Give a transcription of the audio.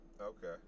Okay